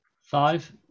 five